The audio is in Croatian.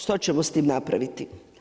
Što ćemo s tim napraviti?